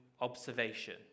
observation